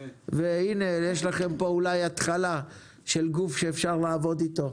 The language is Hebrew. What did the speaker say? והנה יש לכם פה אולי התחלה של גוף שאפשר לעבוד איתו.